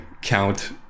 count